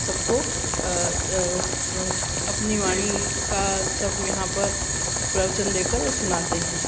सब को अपनी वाणी का सब यहाँ पर प्रवचन देकर और सुनाते हैं